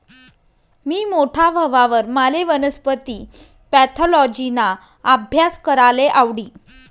मी मोठा व्हवावर माले वनस्पती पॅथॉलॉजिना आभ्यास कराले आवडी